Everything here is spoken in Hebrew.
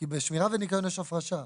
כי בשמירה וניקיון יש הפרשה.